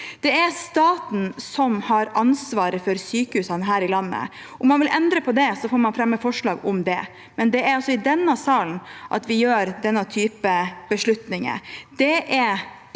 Det er staten som har ansvaret for sykehusene her i landet. Om man vil endre på det, får man fremme forslag om det, men det er altså i denne salen vi tar denne typen beslutninger.